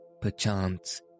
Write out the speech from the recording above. perchance